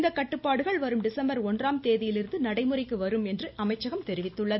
இந்த கட்டுப்பாடுகள் வரும் டிசம்பர் ஒன்றாம் தேதியிலிருந்து நடைமுறைக்கு வரும் என்று அமைச்சகம் தெரிவித்துள்ளது